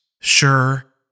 sure